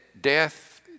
death